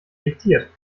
diktiert